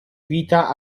vita